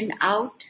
out